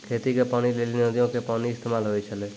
खेती के पानी लेली नदीयो के पानी के इस्तेमाल होय छलै